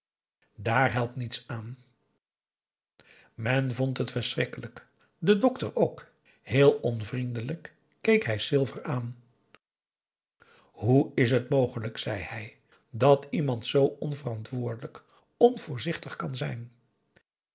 daar helpt niets aan men vond het verschrikkelijk de dokter ook heel onvriendelijk keek hij silver aan hoe is het mogelijk zei hij dat iemand zoo onverantwoordelijk onvoorzichtig kan zijn